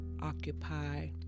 occupy